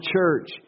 church